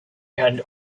had